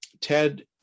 ted